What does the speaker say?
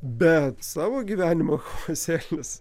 bet savo gyvenimo chaosėlis